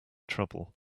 trouble